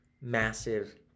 massive